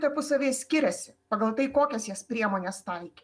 tarpusavyje skiriasi pagal tai kokias jas priemones taikė